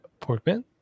Porkman